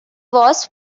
was